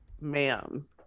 ma'am